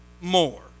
more